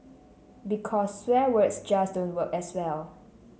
because swear words just don't work as well